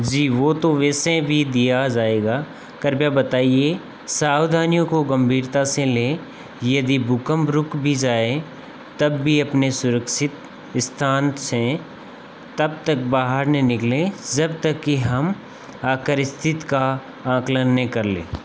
जी वह तो वैसे भी दिया जाएगा कृपया बताइए सावधानियों को गंभीरता से लें यदि भूकंप रुक भी जाए तब भी अपने सुरक्षित स्थान से तब तक बाहर न निकलें जब तक कि हम आकर स्थिति का आंकलन नहीं कर लें